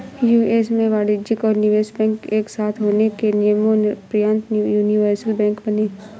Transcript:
US में वाणिज्यिक और निवेश बैंक एक साथ होने के नियम़ोंपरान्त यूनिवर्सल बैंक बने